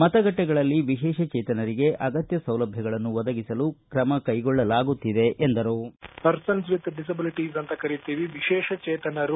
ಮತಗಟ್ಟೆಗಳಲ್ಲಿ ವಿಶೇಷಚೇತನರಿಗೆ ಅಗತ್ಯ ಸೌಲಭ್ಯಗಳನ್ನು ಒದಗಿಸಲು ಕ್ರಮ ಕೈಗೊಳ್ಳಲಾಗುತ್ತಿದೆ ಎಂದರು